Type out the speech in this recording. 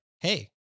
hey